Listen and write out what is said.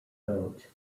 vote